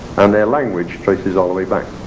and their language traces all the way back.